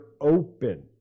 open